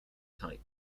type